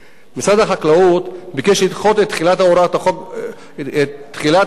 משרד החקלאות ביקש לדחות את תחילת ההוראות